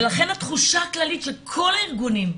ולכן התחושה הכללית של כל הארגונים,